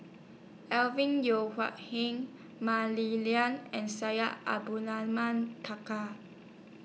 Alvin Yeo Hai Mah Li Lian and Syed Abdulrahman